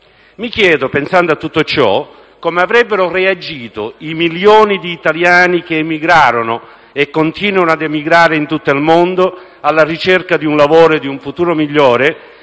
Mi chiedo, pensando a tutto ciò, come avrebbero reagito i milioni di italiani che emigrarono e che continuano ad emigrare in tutto il mondo alla ricerca di un lavoro e di un futuro migliore